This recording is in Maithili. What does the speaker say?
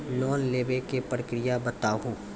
लोन लेवे के प्रक्रिया बताहू?